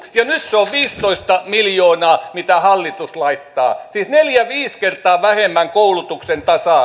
ja nyt se on viisitoista miljoonaa mitä hallitus laittaa siis neljä viisi kertaa vähemmän koulutuksen tasa